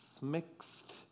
mixed